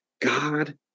God